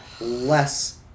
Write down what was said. Less